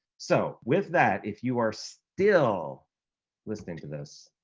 so with that, if you are still listening to this,